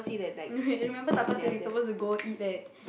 wait remember Tata saying we supposed to go eat at